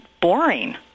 boring